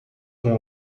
com